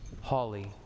Holly